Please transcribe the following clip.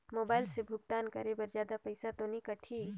Mobile से भुगतान करे मे जादा पईसा तो नि कटही?